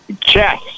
chess